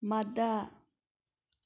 ꯃꯗꯥ